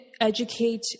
educate